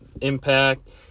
impact